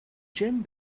jim